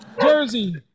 Jersey